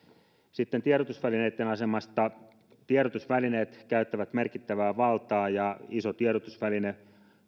sitten tiedotusvälineitten asemasta tiedotusvälineet käyttävät merkittävää valtaa ja iso tiedotusväline